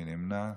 מי נמנע?